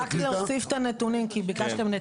רק להוסיף את הנתונים שביקשתם.